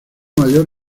mayor